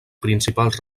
principals